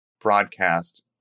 broadcast